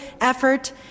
effort